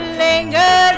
linger